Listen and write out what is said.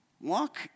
Walk